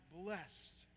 blessed